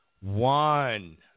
One